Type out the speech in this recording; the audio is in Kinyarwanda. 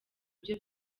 byo